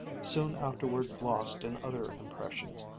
soon afterwards lost in other impressions,